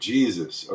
Jesus